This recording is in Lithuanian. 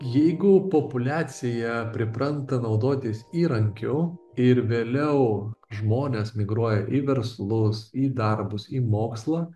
jeigu populiacija pripranta naudotis įrankiu ir vėliau žmonės migruoja į verslus į darbus į mokslą